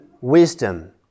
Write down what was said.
wisdom